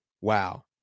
Wow